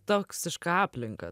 toksišką aplinką